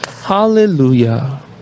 Hallelujah